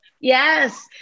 Yes